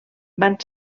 van